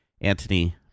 Anthony